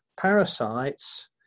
parasites